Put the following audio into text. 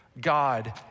God